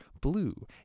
blue